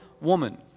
woman